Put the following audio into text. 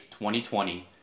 2020